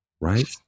Right